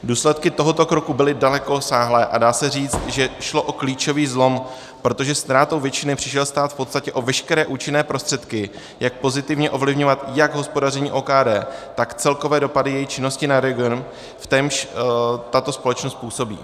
Důsledky tohoto kroku byly dalekosáhlé a dá se říci, že šlo o klíčový zlom, protože ztrátou většiny přišel stát v podstatě o veškeré účinné prostředky, jak pozitivně ovlivňovat jak hospodaření OKD, tak celkové dopady její činnosti na region, v němž tato společnost působí.